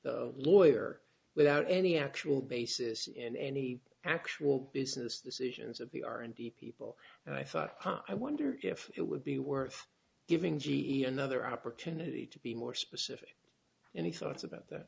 the lawyer without any actual basis in any actual business decisions of the r and b people i thought i wonder if it would be worth giving g e another opportunity to be more specific any thoughts about that